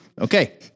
Okay